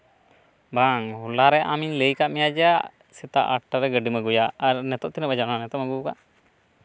ᱵᱟᱝ ᱦᱚᱞᱟᱨᱮ ᱟᱢᱤᱧ ᱞᱟᱹᱭ ᱟᱠᱟᱫ ᱢᱮᱭᱟ ᱡᱮ ᱥᱮᱛᱟᱜ ᱟᱴᱴᱟ ᱨᱮ ᱜᱟᱹᱰᱤᱢ ᱟᱹᱜᱩᱭᱟ ᱟᱨ ᱱᱤᱛᱚᱜ ᱛᱤᱱᱟᱹᱜ ᱵᱟᱡᱟᱣᱮᱱᱟ ᱱᱤᱛᱚᱜ ᱮᱢ ᱟᱹᱜᱩ ᱟᱠᱟᱫ